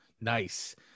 nice